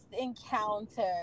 encounter